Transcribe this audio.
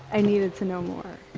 i needed to know more.